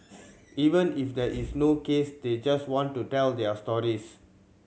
even if there is no case they just want to tell their stories